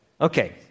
Okay